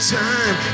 time